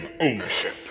ownership